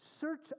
search